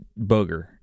booger